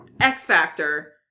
X-Factor